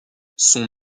son